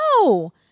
No